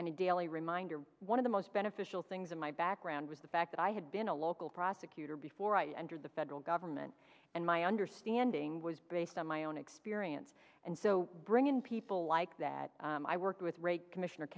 a daily reminder one of the most beneficial things in my background was the fact that i had been a local prosecutor before i entered the federal government and my understanding was based on my own experience and so bring in people like that i work with commissioner